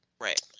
right